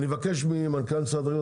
אני מבקש ממנכ"ל משרד החקלאות,